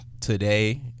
today